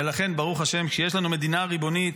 ולכן, ברוך השם, כשיש לנו מדינה ריבונית,